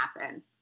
happen